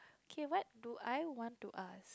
K what do I want to ask